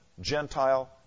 Gentile